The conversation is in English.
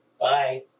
Bye